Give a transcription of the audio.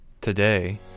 Today